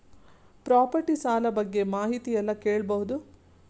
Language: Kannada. ಪ್ರಾಪರ್ಟಿ ಸಾಲ ಬಗ್ಗೆ ಮಾಹಿತಿ ಎಲ್ಲ ಕೇಳಬಹುದು?